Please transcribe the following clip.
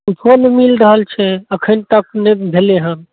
किछु नहि मिल रहल छै एखनि तक नहि भेलै हँ